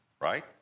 right